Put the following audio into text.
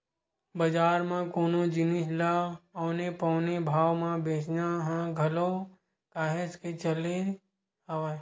बजार म कोनो जिनिस ल औने पौने भाव म बेंचना ह घलो काहेच के चले हवय